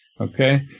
okay